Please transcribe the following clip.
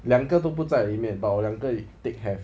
两个都不再里面 but 我两个 tick have